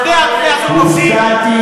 שני בני-הזוג עובדים,